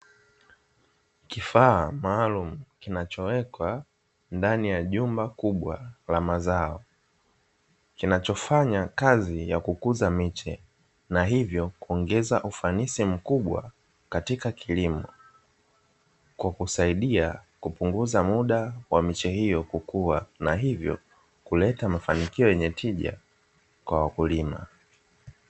Kifaa maalumu kinahowekwa ndani ya jumba kubwa la mazao, kinachofanya kazi ya kukuza miche, na hivyo kuongeza ufanisi mkubwa katika kilimo, kwa kusaidia kupunguza muda wa miche hiyo kukua, na hivyo kuleta mafanikio yenye tija kwa wakulima.